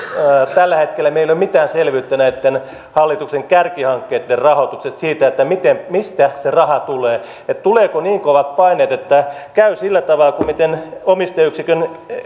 tällä hetkellä meillä ei ole mitään selvyyttä näitten hallituksen kärkihankkeitten rahoituksesta siitä mistä se raha tulee niin tuleeko niin kovat paineet että käy sillä tavalla kuin omistajayksikön